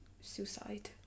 suicide